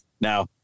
Now